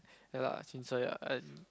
ya lah chincai lah I